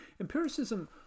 Empiricism